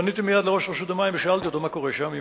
פניתי מייד לראש רשות המים ושאלתי אותו מה קורה שם.